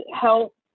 help